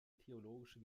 theologische